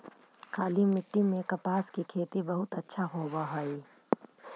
काली मिट्टी में कपास की खेती बहुत अच्छा होवअ हई